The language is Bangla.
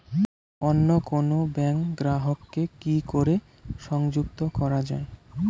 অন্য কোনো ব্যাংক গ্রাহক কে কি করে সংযুক্ত করা য়ায়?